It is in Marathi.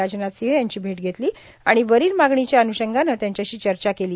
राजनाथ सिंह यांची भेट घेतली आणि वरील मागणीच्या अनुषंगानं त्यांच्याशी चर्चा केली